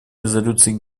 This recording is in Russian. резолюций